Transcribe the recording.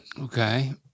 Okay